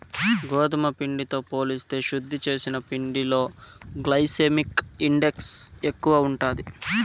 గోధుమ పిండితో పోలిస్తే శుద్ది చేసిన పిండిలో గ్లైసెమిక్ ఇండెక్స్ ఎక్కువ ఉంటాది